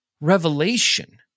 revelation